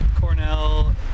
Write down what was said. Cornell